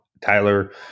Tyler